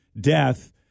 death